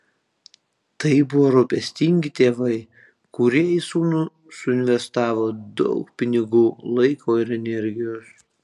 tai buvo rūpestingi tėvai kurie į sūnų suinvestavo daug pinigų laiko ir energijos